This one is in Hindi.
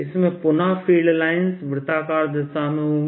इसमें पुनः फील्ड लाइंस वृत्ताकार दिशा में होंगी